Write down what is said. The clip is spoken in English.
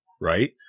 Right